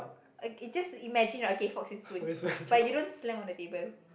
uh just imagine okay forks and spoon but you don't slam on the table